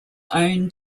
own